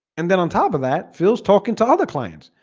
and then on top of that phil's talking to other clients,